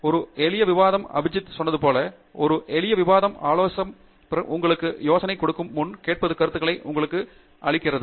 ஒரு எளிய விவாதம் அபிஜித் சொன்னது போல் ஒரு எளிய விவாதம் ஆலோசகர் உங்களுக்கு யோசனை கொடுக்கும் முன்பே கேட்பது கருத்துகளை உங்களுக்கு அளிக்கிறது